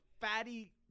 fatty